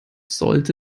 sollte